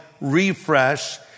Refresh